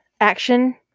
action